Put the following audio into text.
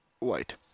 white